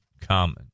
common